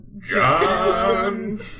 John